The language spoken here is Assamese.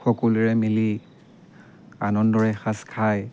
সকলোৱে মিলি আনন্দৰে এসাজ খায়